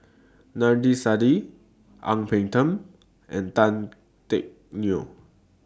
Adnan Saidi Ang Peng Tiam and Tan Teck Neo